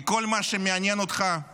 כי כל מה שמעניין אותך,